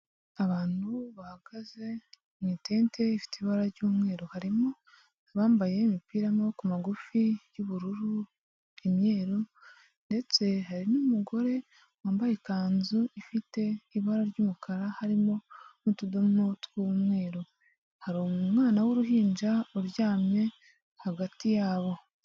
Abantu bahagaze mu itente ifite ibara ry'umweru, harimo abambaye imipira y'amaboko magufi y'ubururu, imyeru ndetse hari n'umugore wambaye ikanzu ifite ibara ry'umukara harimo n'utudomo tw'umweru, hari umwana w'uruhinja uryamye hagati yabo.